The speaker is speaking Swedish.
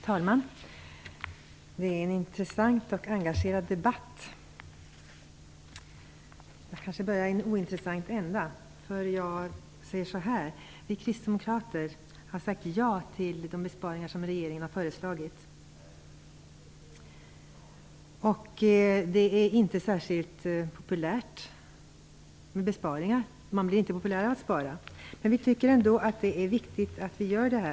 Herr talman! Det är en intressant och engagerad debatt. Jag kanske börjar i en ointressant ände. Vi kristdemokrater har sagt ja till de besparingar som regeringen har föreslagit. Det är inte särskilt populärt med besparingar, och man blir inte populär av att spara. Men vi tycker ändå att det är viktigt att det görs.